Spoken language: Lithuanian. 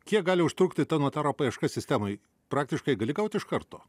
kiek gali užtrukti ta notaro paieška sistemoj praktiškai gali gaut iš karto